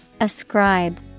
Ascribe